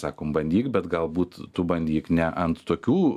sakom bandyk bet galbūt tu bandyk ne ant tokių